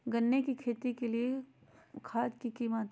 गन्ने की खेती के लिए खाद की मात्रा?